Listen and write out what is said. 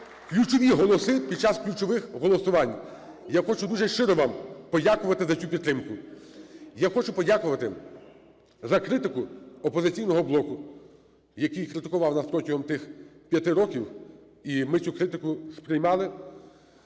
ключові голоси під час ключових голосувань. Я хочу дужу щиро вам подякувати за цю підтримку. Я хочу подякувати за критику "Опозиційного блоку", який критикував нас протягом тих п'яти років і ми цю критику сприймали,